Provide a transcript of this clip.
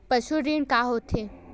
पशु ऋण का होथे?